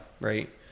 Right